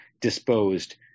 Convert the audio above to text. disposed